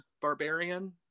Barbarian